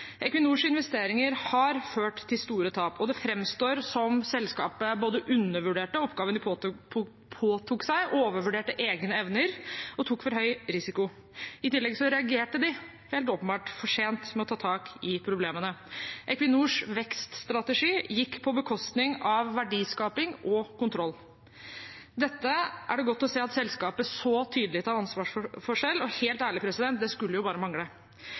Equinors investeringer har ført til store tap, og det framstår som om selskapet både undervurderte oppgaven de påtok seg, og overvurderte egne evner og tok for høy risiko. I tillegg reagerte de helt åpenbart for sent med å ta tak i problemene. Equinors vekststrategi gikk på bekostning av verdiskaping og kontroll. Dette er det godt å se at selskapet så tydelig tar ansvar for selv, og helt ærlig: Det skulle bare mangle.